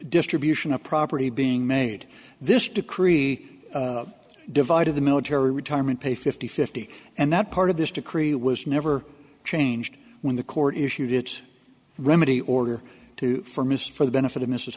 distribution of property being made this decree divided the military retirement pay fifty fifty and that part of this decree was never changed when the court issued its remedy order to for mis for the benefit of mrs